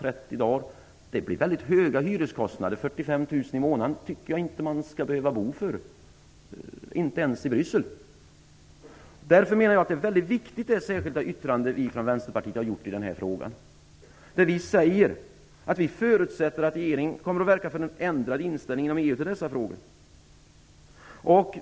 Det skulle bli väldigt höga hyreskostnader. Jag tycker inte att man skall behöva bo för 45 000 kr i månaden, inte ens i Bryssel. På grund av detta är Vänsterpartiets särskilda yttrande viktigt. Vi säger att vi förutsätter att regeringen kommer att verka för en ändrad inställning inom EU i dessa frågor.